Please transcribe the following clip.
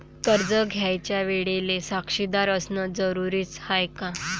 कर्ज घ्यायच्या वेळेले साक्षीदार असनं जरुरीच हाय का?